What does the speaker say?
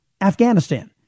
Afghanistan